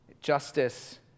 justice